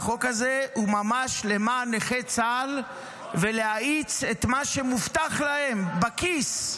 החוק הזה הוא ממש למען נכי צה"ל ולהאיץ את מה שמובטח להם בכיס.